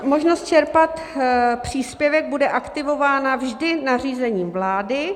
Možnost čerpat příspěvek bude aktivována vždy nařízením vlády.